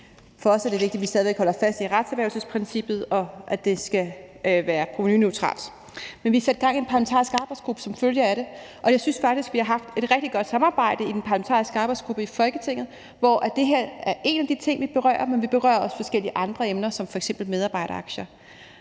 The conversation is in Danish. for os er vigtigt, at vi stadig væk holder fast i retserhvervelsesprincippet, og at det skal være provenuneutralt. Vi har sat gang i en parlamentarisk arbejdsgruppe som følge af det, og jeg synes faktisk, vi har haft et rigtig godt samarbejde i den parlamentariske arbejdsgruppe i Folketinget, hvor det her er en af de ting, vi berører, men vi berører også forskellige andre emner, som f.eks. medarbejderaktier.